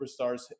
superstars